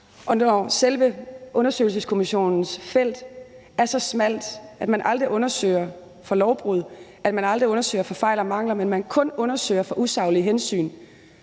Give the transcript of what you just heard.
undersøgelseskommissionens felt er så smalt, at man aldrig undersøger for lovbrud og man aldrig undersøger for fejl og mangler, men man kun undersøger for usaglige hensyn